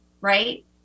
Right